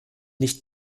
nicht